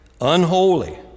unholy